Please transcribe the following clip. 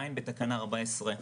עדיין בתקנה 14,